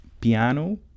piano